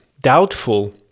doubtful